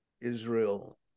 Israel